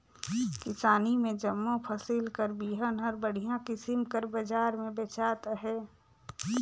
किसानी में जम्मो फसिल कर बीहन हर बड़िहा किसिम कर बजार में बेंचात अहे